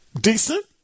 Decent